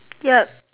yup